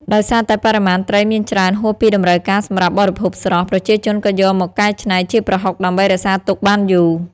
ដោយសារតែបរិមាណត្រីមានច្រើនហួសពីតម្រូវការសម្រាប់បរិភោគស្រស់ ប្រជាជនក៏យកមកកែច្នៃជាប្រហុកដើម្បីរក្សាទុកបានយូរ។